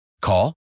Call